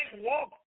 walk